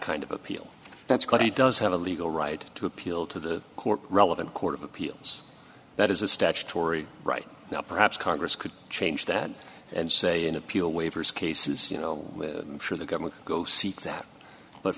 kind of appeal that's called he does have a legal right to appeal to the court relevant court of appeals that is a statutory right now perhaps congress could change that and say an appeal waivers cases you know sure the government go seek that but